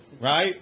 right